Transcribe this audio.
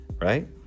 right